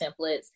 templates